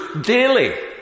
daily